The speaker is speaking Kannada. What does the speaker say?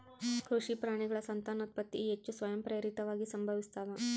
ಕೃಷಿ ಪ್ರಾಣಿಗಳ ಸಂತಾನೋತ್ಪತ್ತಿ ಹೆಚ್ಚು ಸ್ವಯಂಪ್ರೇರಿತವಾಗಿ ಸಂಭವಿಸ್ತಾವ